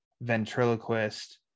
Ventriloquist